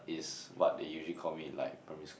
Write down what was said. it's what they usually call me in like primary school ah